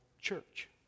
church